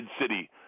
city